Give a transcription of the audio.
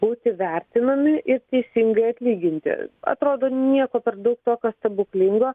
būti vertinami ir teisingai atlyginti atrodo nieko per daug tokio stebuklingo